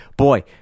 Boy